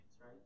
right